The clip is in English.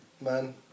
man